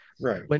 Right